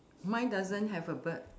mine doesn't have a bird